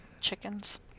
chickens